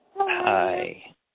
Hi